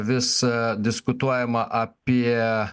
vis diskutuojama apie